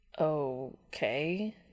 Okay